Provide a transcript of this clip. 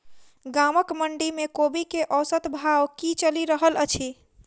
गाँवक मंडी मे कोबी केँ औसत भाव की चलि रहल अछि?